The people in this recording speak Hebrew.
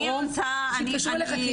--- שיתקשרו אליך.